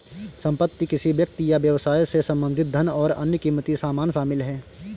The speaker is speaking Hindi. संपत्ति किसी व्यक्ति या व्यवसाय से संबंधित धन और अन्य क़ीमती सामान शामिल हैं